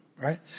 right